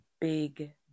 big